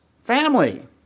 family